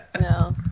No